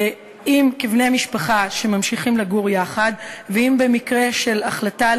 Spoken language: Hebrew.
אם כבני משפחה שממשיכים לגור יחד ואם במקרה של החלטה על